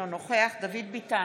אינו נוכח דוד ביטן,